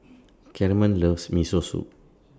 Carmen loves Miso Soup